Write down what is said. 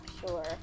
Sure